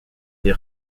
des